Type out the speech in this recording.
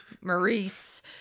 Maurice